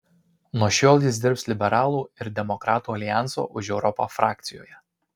nuo šiol jis dirbs liberalų ir demokratų aljanso už europą frakcijoje